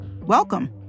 Welcome